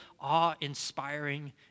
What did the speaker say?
awe-inspiring